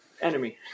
enemy